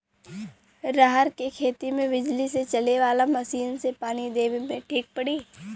रहर के खेती मे बिजली से चले वाला मसीन से पानी देवे मे ठीक पड़ी?